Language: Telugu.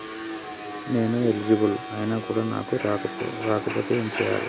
నేను ఎలిజిబుల్ ఐనా కూడా నాకు రాకపోతే ఏం చేయాలి?